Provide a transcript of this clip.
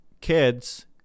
kids